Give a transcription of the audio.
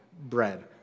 bread